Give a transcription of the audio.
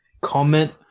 comment